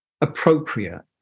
appropriate